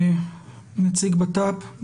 נציג בט"פ.